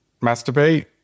masturbate